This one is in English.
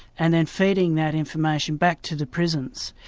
and then feeding that information back to the prisons.